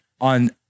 on